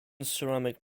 ceramic